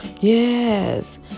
Yes